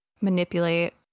manipulate